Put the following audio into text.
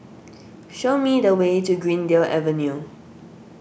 show me the way to Greendale Avenue